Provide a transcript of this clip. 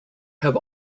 have